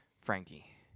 Frankie